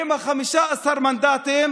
עם 15 המנדטים,